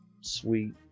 sweet